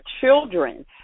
children